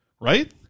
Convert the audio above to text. right